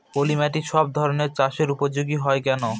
পলিমাটি সব ধরনের চাষের উপযোগী হয় কেন?